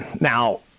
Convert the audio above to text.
Now